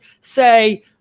say